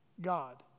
God